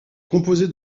composée